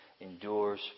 endures